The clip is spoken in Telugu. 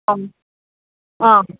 అవును